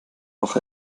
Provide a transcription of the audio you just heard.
doch